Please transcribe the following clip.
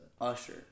Usher